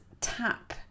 tap